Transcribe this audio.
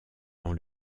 dans